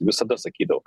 visada sakydavau